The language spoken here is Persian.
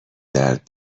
درد